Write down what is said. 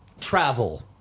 Travel